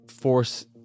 force